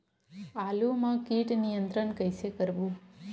आलू मा कीट नियंत्रण कइसे करबो?